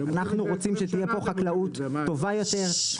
אנחנו רוצים שתהיה פה חקלאות טובה יותר,